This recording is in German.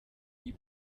die